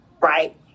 right